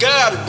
God